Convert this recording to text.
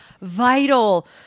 vital